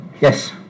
Yes